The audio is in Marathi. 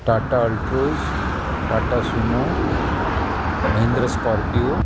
Tata Altroz Tata Sumo Mahindra Scorpio